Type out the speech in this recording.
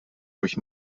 durch